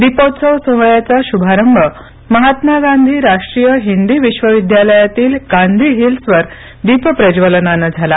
दीपोत्सव सोहळ्याचा शुभारंभ महात्मा गांधी राष्ट्रीय हिंदी विश्वेविद्यालयातील गांधी हिल्सह वर दीप प्रज्व् सोलनाने झाला